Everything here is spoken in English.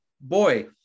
boy